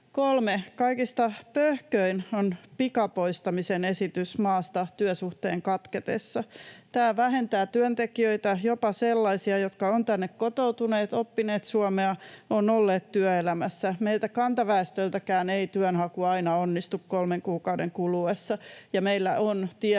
3. Kaikista pöhköin on esitys pikapoistamisesta maasta työsuhteen katketessa. — Tämä vähentää työntekijöitä, jopa sellaisia, jotka ovat tänne kotoutuneet, oppineet suomea, ovat olleet työelämässä. Meiltä kantaväestöltäkään ei työnhaku aina onnistu kolmen kuukauden kuluessa,